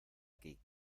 aquí